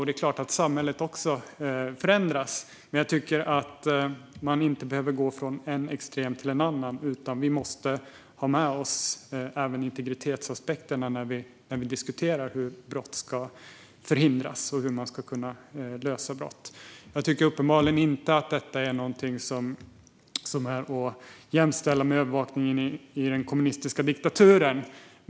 Det är klart att samhället förändras. Men man behöver inte gå från en extrem till en annan. Vi måste ha med oss även integritetsaspekterna när vi diskuterar hur brott ska förhindras och hur man ska kunna lösa brott. Jag tycker uppenbarligen inte att detta är någonting att jämställa med övervakningen i den kommunistiska diktaturen.